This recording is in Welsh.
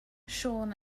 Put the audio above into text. siôn